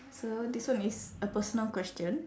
so this one is a personal question